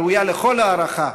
ראויה לכל הערכה.